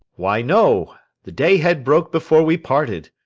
why, no the day had broke before we parted.